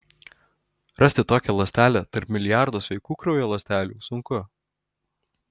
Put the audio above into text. rasti tokią ląstelę tarp milijardų sveikų kraujo ląstelių sunku